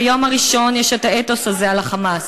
מיכל, "ביום הראשון יש את האתוס הזה על ה'חמאס'.